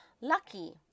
Lucky